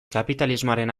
kapitalismoaren